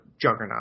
juggernaut